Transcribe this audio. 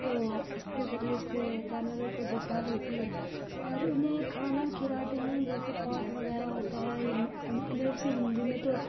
تو اس کے ذریعے سے جانوروں کو دیکھ بھال ہوتی ہے اور انہیں کھانا کھلاتے ہیں جیسے پاٹ وغیرہ ہوتا ہے اسے ہندی میں تو